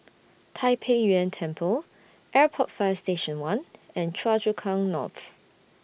Tai Pei Yuen Temple Airport Fire Station one and Choa Chu Kang North